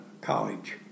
college